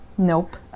Nope